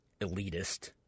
elitist